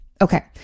Okay